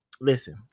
listen